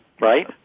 right